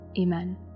Amen